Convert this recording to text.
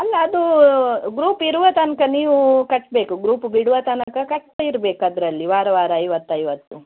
ಅಲ್ಲ ಅದು ಗ್ರೂಪ್ ಇರುವ ತನಕ ನೀವು ಕಟ್ಟಬೇಕು ಗ್ರೂಪ್ ಬಿಡುವ ತನಕ ಕಟ್ತಿರ್ಬೇಕು ಅದರಲ್ಲಿ ವಾರ ವಾರ ಐವತ್ತು ಐವತ್ತು